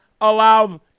allow